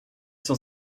sont